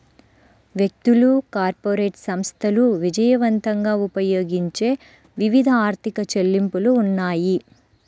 వ్యక్తులు, కార్పొరేట్ సంస్థలు విజయవంతంగా ఉపయోగించే వివిధ ఆర్థిక చెల్లింపులు ఉన్నాయి